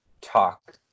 talk